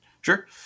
sure